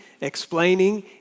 explaining